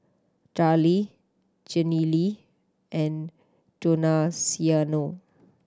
Darryle Janelle and Donaciano